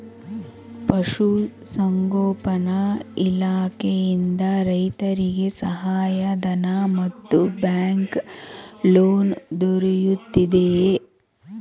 ಪಶು ಸಂಗೋಪನಾ ಇಲಾಖೆಯಿಂದ ರೈತರಿಗೆ ಸಹಾಯ ಧನ ಮತ್ತು ಬ್ಯಾಂಕ್ ಲೋನ್ ದೊರೆಯುತ್ತಿದೆಯೇ?